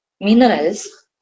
minerals